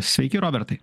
sveiki robertai